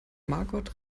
margot